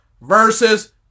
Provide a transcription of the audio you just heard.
versus